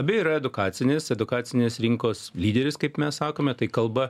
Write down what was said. abi yra edukacinės edukacinės rinkos lyderės kaip mes sakome tai kalba